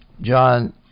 John